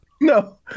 No